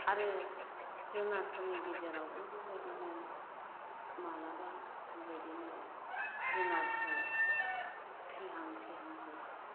आरो जुनारफोरनि गेजेरावबो बेबायदिनो मालाबा बेबायदिनो जुनारफ्रा थैहां थैहां जायो